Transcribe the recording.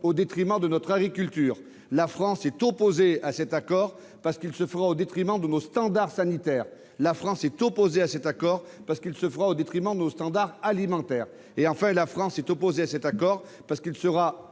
détriment de notre agriculture. La France est opposée à cet accord, parce qu'il se ferait au détriment de nos standards sanitaires. La France est opposée à cet accord, parce qu'il se ferait au détriment de nos standards alimentaires. Enfin, la France est opposée à cet accord, parce qu'il se